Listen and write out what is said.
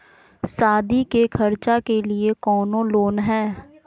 सादी के खर्चा के लिए कौनो लोन है?